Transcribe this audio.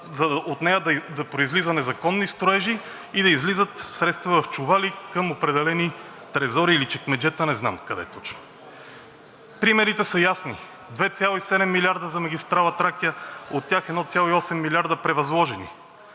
от нея да произлизат незаконни строежи и да излизат средства в чували към определени трезори или чекмеджета. Не знам къде точно. Примерите са ясни: 2,7 милиарда за магистрала „Тракия“, от тях 1,8 милиарда – превъзложени;